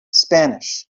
spanish